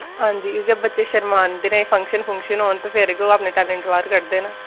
हां जी इ'यां बच्चे शरमांदे न फंक्शन फुंशन होन ते फिर गै ओह् अपना टैलेंट बाह्र कड्डदे न